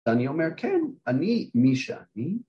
‫אני אומר כן, אני, מישה, אני.